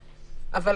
פחות.